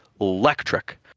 electric